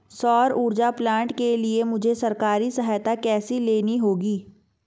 सौर ऊर्जा प्लांट के लिए मुझे सरकारी सहायता कैसे लेनी होगी?